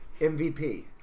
MVP